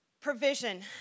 provision